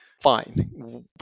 fine